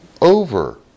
over